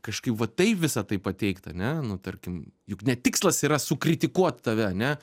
kažkaip va taip visą tai pateikt ane nu tarkim juk ne tikslas yra sukritikuot tave ane